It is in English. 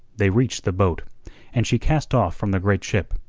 they reached the boat and she cast off from the great ship.